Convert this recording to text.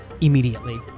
immediately